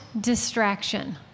distraction